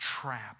trap